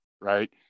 Right